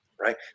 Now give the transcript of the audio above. right